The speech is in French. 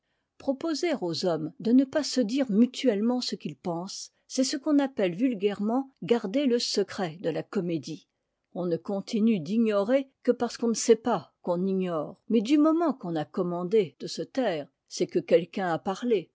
proposer aux hommes de ne pas se dire mutuellement ce qu'ils pensent c'est ce qu'on appelle vulgairement garder le secret de la comédie on ne continue d'ignorer que parce qu'on ne sait pas qu'on ignore mais du moment qu'on a commandé de se taire c'est que quelqu'un a parlé